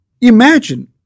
Imagine